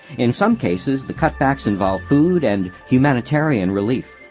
in some cases, the cutbacks involve food and humanitarian relief.